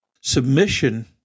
submission